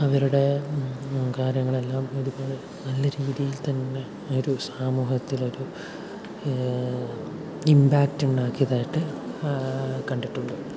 അവരുടെ കാര്യങ്ങളെല്ലാം ഇതുപോലെ നല്ല രീതിയിൽ തന്നെ ഒരു സമൂഹത്തിലൊരു ഇമ്പാക്ട് ഉണ്ടാക്കിയത് ആയിട്ട് കണ്ടിട്ടുണ്ട്